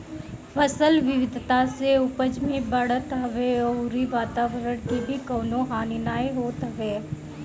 फसल विविधता से उपज भी बढ़त हवे अउरी वातवरण के भी कवनो हानि नाइ होत हवे